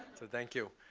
so thank you.